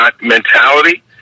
mentality